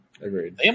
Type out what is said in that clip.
Agreed